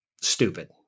stupid